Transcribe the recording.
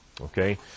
okay